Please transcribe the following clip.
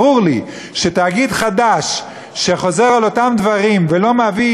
ברור לי שתאגיד חדש שחוזר על אותם דברים ולא מביא